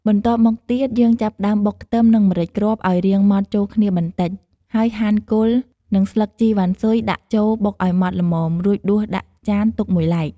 បន្ទាប់មកទៀត យើងចាប់ផ្ដើមបុកខ្ទឹម និង ម្រេចគ្រាប់ឲ្យរាងម៉ដ្ឋចូលគ្នាបន្តិច ហើយហាន់គល់ និងស្លឹកជីវ៉ាន់ស៊ុយដាក់ចូល បុកឲ្យម៉ដ្ឋល្មម រួចដួសដាក់ចានទុកមួយឡែក។